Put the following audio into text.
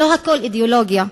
לא הכול אידיאולוגיה,